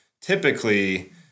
typically